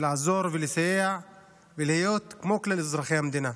לעזור ולסייע ולהיות כמו כלל אזרחי המדינה.